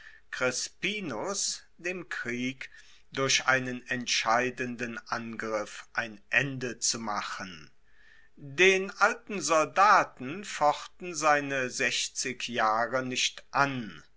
crispinus dem krieg durch einen entscheidenden angriff ein ende zu machen den alten soldaten fochten seine sechzig jahre nicht an